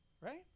right